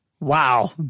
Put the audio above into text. Wow